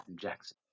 jackson